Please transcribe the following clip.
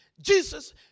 Jesus